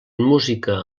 música